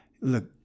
look